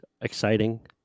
exciting